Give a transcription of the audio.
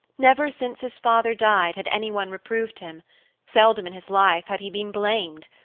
never since his father died had anyone reproved him seldom in his life had he been blamed.